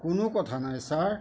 কোনো কথা নাই ছাৰ